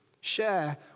Share